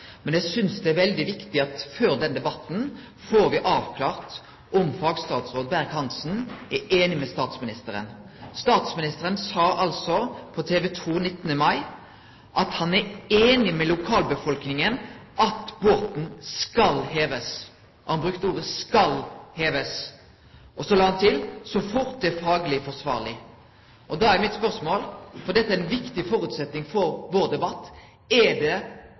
men eg synest det er veldig viktig at me før denne debatten får avklart om fagstatsråd Berg-Hansen er einig med statsministeren. Statsministeren sa altså på TV 2 den 19. mai at han var einig med lokalbefolkninga i at båten skulle hevast. Han brukte orda skal hevast, og han la til: så fort det er fagleg forsvarleg. Og da er mitt spørsmål, for dette er ein viktig føresetnad for vår debatt: Er det